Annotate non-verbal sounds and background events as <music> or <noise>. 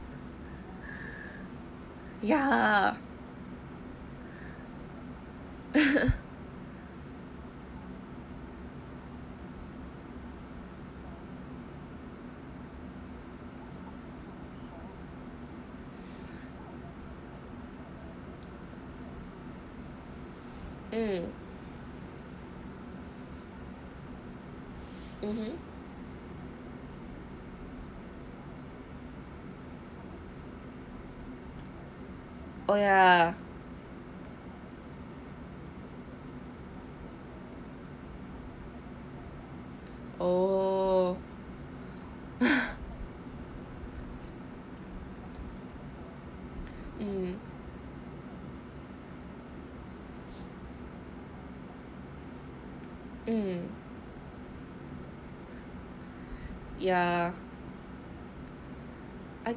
ya <laughs> mm mmhmm oh ya oh <laughs> mm mm ya I